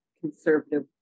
conservative